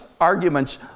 arguments